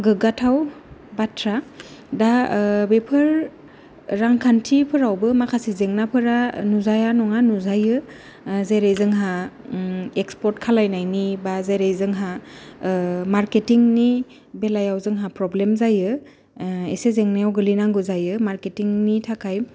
गोग्गाथाव बाथ्रा दा बेफोर रांखान्थिफोरावबो माखासे जेंनाफोरा नुजाया नङा नुजायो जेरै जोंहा एकसपर्ट खालायनायनि बा जेरै जोंहा मार्केटिंनि बेलायाव जोंहा प्रब्लेम जायो एसे जेंनायाव गोग्लैनांगौ जायो मार्केटिंनि थाखाय